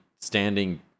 standing